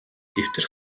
дэвтэр